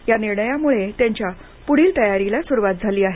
या निर्णयामुळं त्यांच्या पुढील तयारीला सुरुवात झाली आहे